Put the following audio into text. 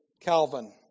Calvin